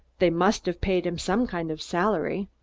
they must have paid him some kind of salary.